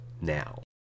now